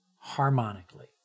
harmonically